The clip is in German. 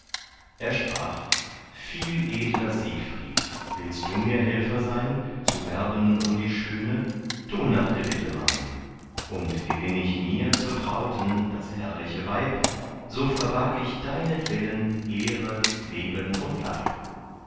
er sprach viel edler siegfried willst du mir helfer sein zu werben um die schöne tu nach der bitte mein und gewinn ich mir zur trauten das herrliche weib so verwag ich deinetwillen ehre leben und leib